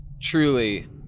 truly